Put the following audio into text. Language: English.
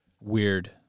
Weird